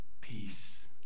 peace